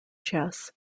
chess